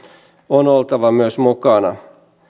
on oltava myös mukana